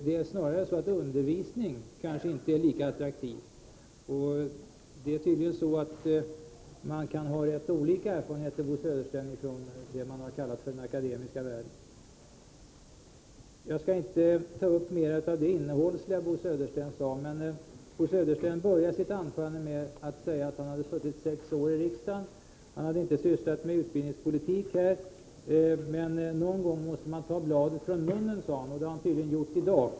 Det är snarare så, att undervisning kanske inte är lika attraktivt. Man kan tydligen har rätt olika erfarenheter, Bo Södersten, från det som kallas den akademiska världen. Jag skall inte gå igenom det innehållsmässiga i Bo Söderstens anföranden, men Bo Södersten började sitt huvudanförande med att säga att han suttit sex år i riksdagen och att han inte hade sysslat med utbildningspolitik här. Men någon gång måste man ta bladet från munnen, sade han, och det har han tydligen gjort i dag.